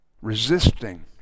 Resisting